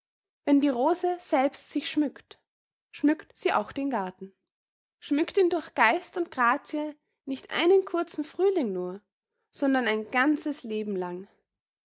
wenn die rose selbst sich schmückt schmückt sie auch den garten schmückt ihn durch geist und grazie nicht einen kurzen frühling nur sondern ein ganzes leben lang